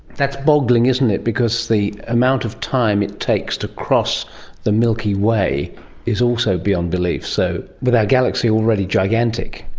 that's boggling, isn't it, because the amount of time it takes to cross the milky way is also beyond belief. so with our galaxy already gigantic,